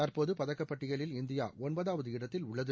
தற்போதுபதக்கப் பட்டியலில் இந்தியா ஒன்பதாவது இடத்தில் உள்ளது